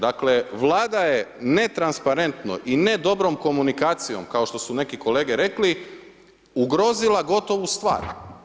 Dakle Vlada je netransparentno i ne dobrom komunikacijom kao što su neki kolege rekli ugrozila gotovu stvar.